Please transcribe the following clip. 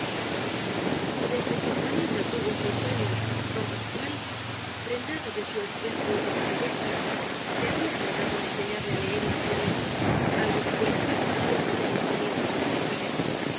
desde que juanita tuvo seis años don pascual prendado de su despejo y de su viveza se había esmerado en enseñarle á leer y escribir algo de cuentas y otros conocimientos elementales